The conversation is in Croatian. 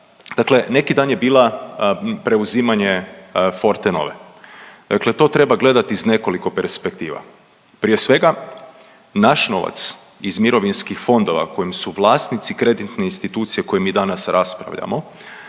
Dakle, neki dan je bila preuzimanje Fortenove. Dakle to treba gledati iz nekoliko perspektiva, prije svega, naš novac iz mirovinskih fondova kojim su vlasnici kreditne institucije o kojoj mi danas raspravljamo,